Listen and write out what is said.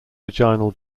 vaginal